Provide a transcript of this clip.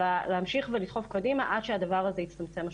אלא להמשיך ולדחוף קדימה עד שהדבר הזה יצטמצם משמעותית.